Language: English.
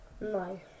No